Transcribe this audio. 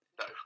No